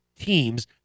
teams